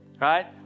right